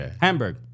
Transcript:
Hamburg